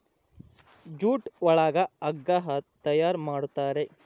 jute ಒಳಗ ಹಗ್ಗ ತಯಾರ್ ಮಾಡುತಾರೆ